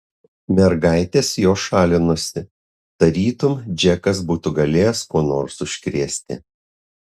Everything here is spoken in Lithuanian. mergaitės jo šalinosi tarytum džekas būtų galėjęs kuo nors užkrėsti